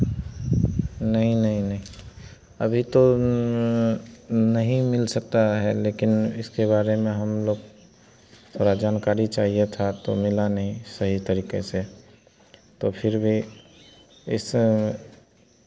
नहीं नहीं नहीं अभी तो नहीं मिल सकता है लेकिन इसके बारे में हम लोग थोड़ा जानकारी चाहिए था तो मिला नहीं सही तरीके से तो फिर भी इस